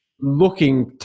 looking